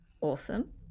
awesome